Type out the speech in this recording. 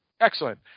Excellent